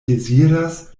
deziras